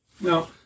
No